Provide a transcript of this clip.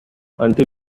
until